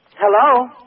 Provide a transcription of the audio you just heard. Hello